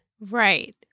Right